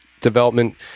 development